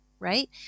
right